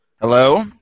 Hello